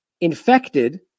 infected